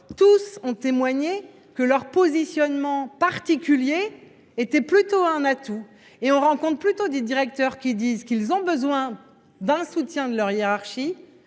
Tous ont témoigné que leur positionnement particulier était plutôt un atout. Et l'on rencontre plus de directeurs disant avoir besoin d'un soutien de leur hiérarchie